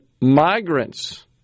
migrants